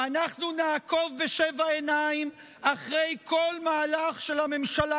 ואנחנו נעקוב בשבע עיניים אחרי כל מהלך של הממשלה